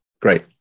Great